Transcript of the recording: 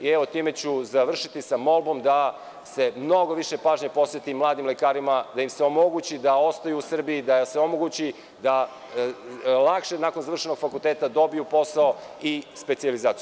Time ću završiti, sa molbom da se mnogo više pažnje posveti mladim lekarima, da im se omogući da ostanu u Srbiji, da im se omogući da lakše nakon završenog fakulteta dobiju posao i specijalizaciju.